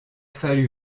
fallu